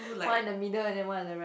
one in the middle and then one at the right